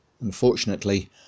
Unfortunately